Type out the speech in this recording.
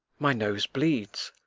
my nose bleeds.